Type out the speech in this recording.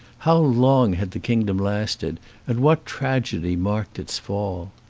how long had the kingdom lasted and what tragedy marked its fall?